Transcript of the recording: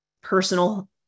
personal